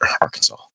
Arkansas